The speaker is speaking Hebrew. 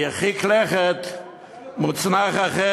והרחיק לכת מוצנח אחר,